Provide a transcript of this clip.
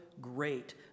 great